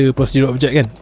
ah procedural objects,